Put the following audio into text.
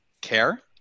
care